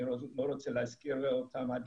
אני לא רוצה להזכיר אותם עד